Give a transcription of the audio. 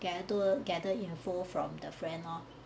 gather gather info from the friend lor